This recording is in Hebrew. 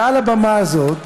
מעל הבמה הזאת,